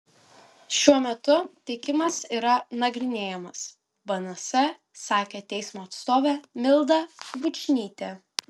šiuo metu teikimas yra nagrinėjamas bns sakė teismo atstovė milda bučnytė